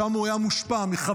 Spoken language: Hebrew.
שם הוא היה מושפע מחבריו,